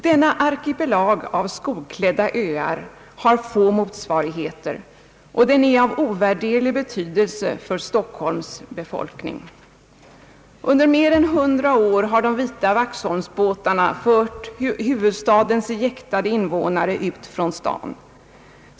Denna arkipelag av skogklädda öar har få motsvarigheter, och den är av ovärderlig betydelse för Stockholms invånare. Under mer än 100 år har de vita Waxholmsbåtarna fört storstadens jäktade befolkning ut från staden.